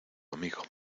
amigo